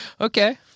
Okay